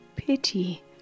Pity